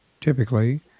typically